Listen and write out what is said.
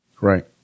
Right